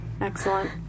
Excellent